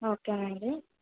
okay madam